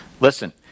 Listen